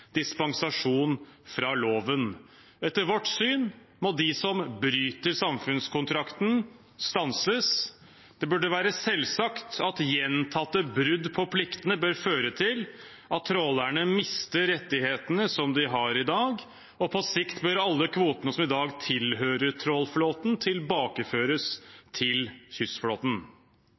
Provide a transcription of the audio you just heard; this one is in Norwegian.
dispensasjon fra loven. Etter vårt syn må de som bryter samfunnskontrakten, stanses. Det burde være selvsagt at gjentatte brudd på pliktene bør føre til at trålerne mister rettighetene de har i dag, og på sikt bør alle kvotene som i dag tilhører trålerflåten, tilbakeføres til kystflåten.